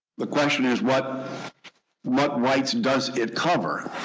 the question is, what what rights does it cover,